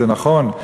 זה נכון,